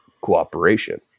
cooperation